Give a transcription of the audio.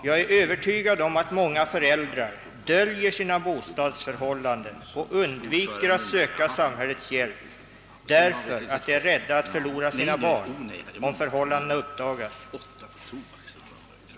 Jag är övertygad om att många föräldrar döljer sina bostadsförhållanden och undviker att söka samhällshjälp, därför att de är rädda att förlora sina barn därest förhållandena uppdagas.